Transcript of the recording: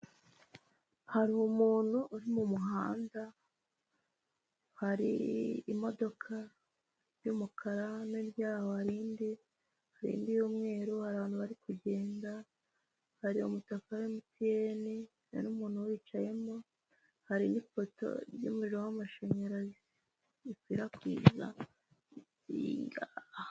Hari umuntu uri mu muhanda, hari imodoka y'umukara no hirya yaho hari indi y'umweru, hari abantu bari kugenda, hari umutaka wa MTN, hari n'umuntu uwicayemo, hari ipoto y'umuriro w'amashanyarazi rikwirakwiza hirya.